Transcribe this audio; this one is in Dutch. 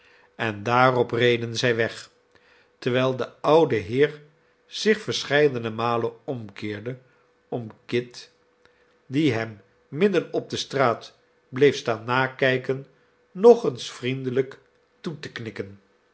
en daarop reden zij weg terwijl de oude heer zich verscheidene malen omkeerde om kit die hem midden op de straat bleef staan nakijken nog eens vriendelijk toe te knikken